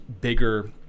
bigger